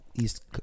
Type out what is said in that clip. east